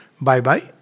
Bye-bye